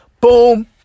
Boom